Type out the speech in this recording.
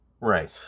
Right